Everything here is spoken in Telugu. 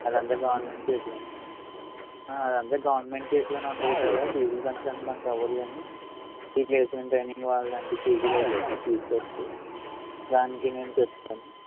అదంతా గవర్నమెంట్ చేతుల్లో అదంతా గవర్నమెంట్ చేతుల్లోనే ఉంటుంది కదా ఫీజులు పెంచడం మనకి అవ్వదు కాని ఈ ప్లేసెమెంట్ ట్రైనింగు అలాంటి ఫీజులు అయితే మనం తీసుకోవచ్చు దానికి నేను చెప్తాను